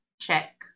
check